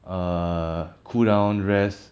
err cool down rest